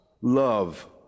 love